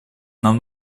нам